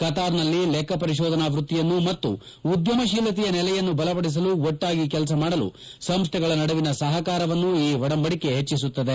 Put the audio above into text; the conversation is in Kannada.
ಕತಾರ್ನಲ್ಲಿ ಲೆಕ್ಕಪರಿಕೋಧನಾ ವೃತ್ತಿಯನ್ನು ಮತ್ತು ಉದ್ದಮಶೀಲತೆಯ ನೆಲೆಯನ್ನು ಬಲಪಡಿಸಲು ಒಟ್ಟಾಗಿ ಕೆಲಸ ಮಾಡಲು ಸಂಸ್ಥೆಗಳ ನಡುವಿನ ಸಹಕಾರವನ್ನು ಈ ಒಡಂಬಡಿಕೆ ಹೆಚ್ಚಿಸುತ್ತದೆ